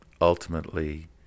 ultimately